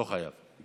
לא חייב.